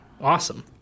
Awesome